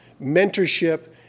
mentorship